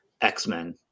X-Men